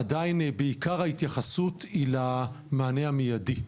עדיין בעיקר ההתייחסות היא למענה המידי.